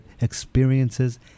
experiences